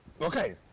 Okay